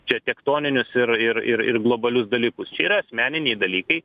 čia tektoninius ir ir ir ir globalius dalykus čia yra asmeniniai dalykai